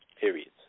periods